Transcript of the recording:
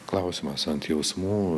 klausimas ant jausmų